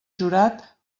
jurat